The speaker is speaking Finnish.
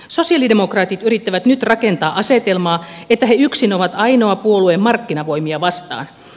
sosialidemokraatit yrittävät nyt rakentaa asetelmaa että he yksin ovat ainoa puolue markkinavoimia vastaan